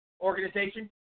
organization